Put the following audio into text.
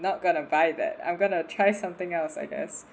not gonna buy that I'm gonna try something else I guess